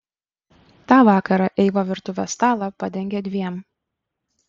tą vakarą eiva virtuvės stalą padengė dviem